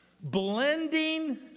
Blending